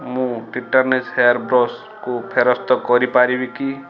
ମୁଁ Titan's hair ବ୍ରଶ୍କୁ ଫେରସ୍ତ କରି ପାରିବି କି